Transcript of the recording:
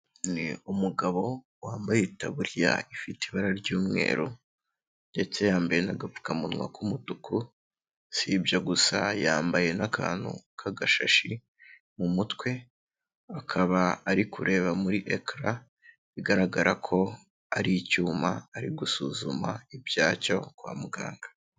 Ni umugabo wambaye itaburiya ifite ibara ry'umweru ndetse yambaye n'agapfukamunwa k'umutuku, si ibyo gusa yambaye n'akantu k'agashashi mu mutwe, akaba ari kureba muri ekara bigaragara ko ari icyuma ari gusuzuma ibyacyo kwa muganga.